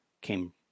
came